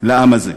לעם הזה.